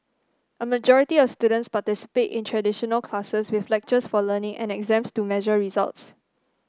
a majority of students participate in traditional classes with lectures for learning and exams to measure results